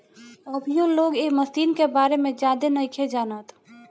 अभीयो लोग ए मशीन के बारे में ज्यादे नाइखे जानत